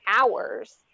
hours